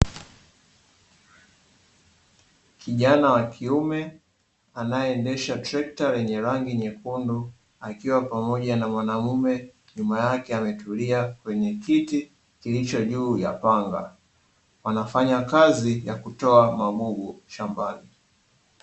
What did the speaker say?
Kijana wa kiume anayeendesha trekta lenye rangi nyekundu, akiwa pamoja na mwanaume nyuma yake ametulia kwenye kiti kilicho juu ya panga, wanafanya kazi ya kutoa magugu shambani.